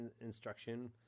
instruction